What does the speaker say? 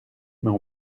mais